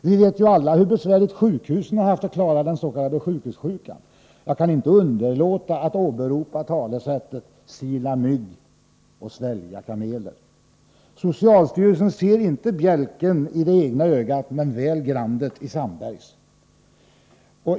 Vi vet ju alla hur besvärligt sjukhusen har haft att klara den s.k. sjukhussjukan. Jag kan inte underlåta att åberopa talesättet ”sila mygg och svälja kameler”. Socialstyrelsen ser inte bjälken i det egna ögat, men väl grandet i Sandbergs.